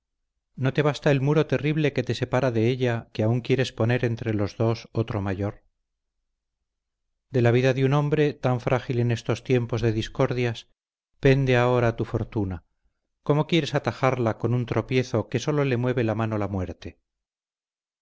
no te basta el muro terrible que te separa de ella que aún quieres poner entre los dos otro mayor de la vida de un hombre tan frágil en estos tiempos de discordias pende ahora tu fortuna cómo quieres atajarla con un tropiezo que sólo le mueve la mano la muerte